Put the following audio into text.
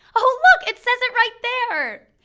oh look it says it right there!